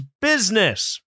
business